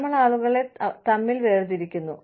നമ്മൾ ആളുകളെ തമ്മിൽ വേർതിരിക്കുന്നു